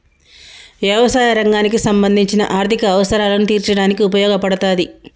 యవసాయ రంగానికి సంబంధించిన ఆర్ధిక అవసరాలను తీర్చడానికి ఉపయోగపడతాది